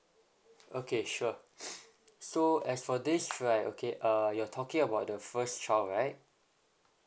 okay sure so as for this right okay uh you're talking about the first child right